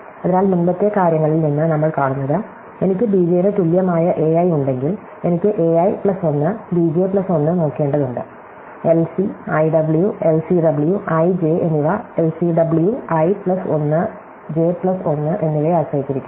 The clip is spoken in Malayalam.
അതിനാൽ മുമ്പത്തെ കാര്യങ്ങളിൽ നിന്ന് നമ്മൾ കാണുന്നത് എനിക്ക് bj ന് തുല്യമായ ai ഉണ്ടെങ്കിൽ എനിക്ക് ai plus 1 bj plus 1 നോക്കേണ്ടതുണ്ട് LC IW LCW ij എന്നിവ LCW i plus 1 j plus 1 എന്നിവയെ ആശ്രയിച്ചിരിക്കുന്നു